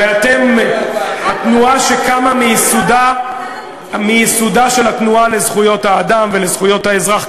הרי אתם התנועה שקמה מייסודה של התנועה לזכויות האדם ולזכויות האזרח,